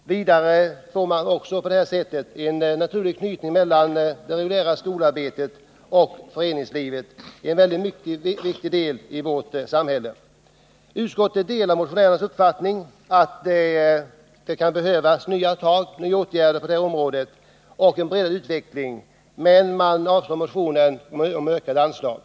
Vidare får man på detta sätt en naturlig knytning mellan det reguljära skolarbetet och föreningslivet, som ju är någonting mycket viktigt i vårt samhälle. Utskottet delade motionärernas uppfattning att det kan behövas nya åtgärder på det här området och en bredare utveckling men avstyrkte motionsyrkandet om en ökning av anslaget.